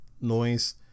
noise